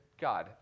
God